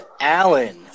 Alan